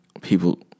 People